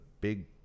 big